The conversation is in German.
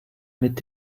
mit